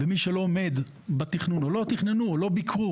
מי שלא עומד בתכנון או לא תכננו או לא ביקרו